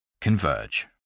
Converge